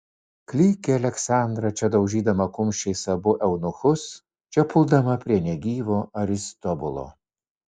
klykė aleksandra čia daužydama kumščiais abu eunuchus čia puldama prie negyvo aristobulo